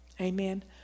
Amen